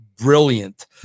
brilliant